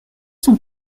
sont